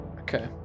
Okay